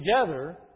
together